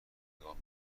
نگاه